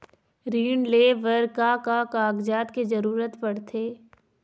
ऋण ले बर का का कागजात के जरूरत पड़थे?